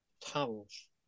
towels